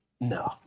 No